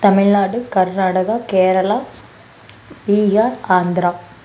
Tamil Nadu Karnataka Kerala India Andhra